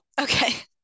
Okay